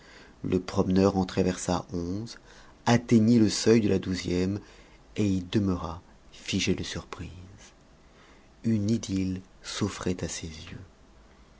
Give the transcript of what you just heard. le promeneur en traversa onze atteignit le seuil de la douzième et y demeura figé de surprise une idylle s'offrait à ses yeux